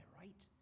right